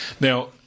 Now